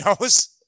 knows